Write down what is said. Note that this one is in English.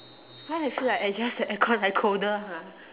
why I feel like I adjust the air con like colder ha